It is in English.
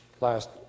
last